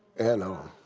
and um.